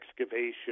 excavation